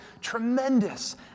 tremendous